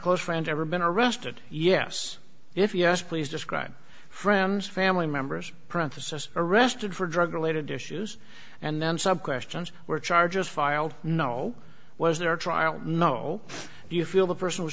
close friends ever been arrested yes if yes please describe friends family members parenthesis arrested for drug related issues and then some questions were charges filed no was there a trial no do you feel the person was